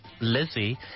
Lizzie